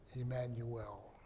Emmanuel